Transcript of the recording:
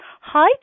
Hi